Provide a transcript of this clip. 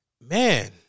man